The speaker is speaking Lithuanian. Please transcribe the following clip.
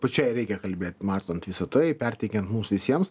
pačiai reikia kalbėt matant visą tai perteikiant mums visiems